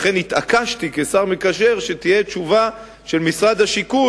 לכן התעקשתי כשר המקשר שתהיה תשובה של משרד השיכון,